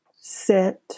sit